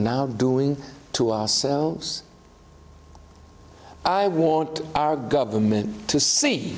now doing to ourselves i want our government to see